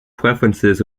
preferences